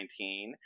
2019